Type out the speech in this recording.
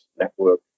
network